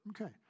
Okay